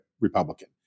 Republican